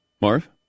Marv